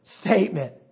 statement